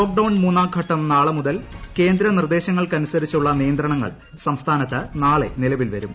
lockdown മൂന്നാം ഘട്ടം നാളെ മുതൽ കേന്ദ്ര നിർദ്ദേശങ്ങൾക്കനുസരിച്ചുള്ള നിയന്ത്രണങ്ങൾ സംസ്ഥാനത്ത് നാളെ നിലവിൽ വരും